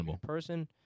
person